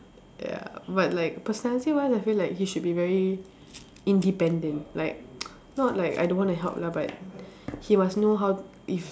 ya but like personality wise I feel like he should be very independent like not like I don't want to help lah but he must know how if